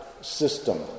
system